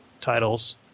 titles